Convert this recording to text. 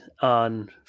on